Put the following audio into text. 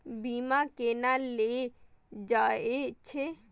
बीमा केना ले जाए छे?